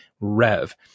Rev